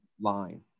line